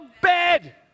bed